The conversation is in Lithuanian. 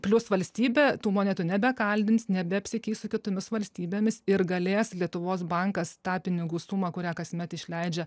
plius valstybė tų monetų nebekaldins nebeapsikeis su kitomis valstybėmis ir galės lietuvos bankas tą pinigų sumą kurią kasmet išleidžia